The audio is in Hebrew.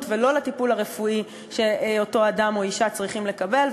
ולא לטיפול הרפואי שאותו אדם או אישה צריכים לקבל,